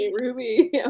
ruby